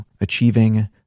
achieving